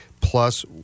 Plus